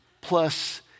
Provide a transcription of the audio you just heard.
plus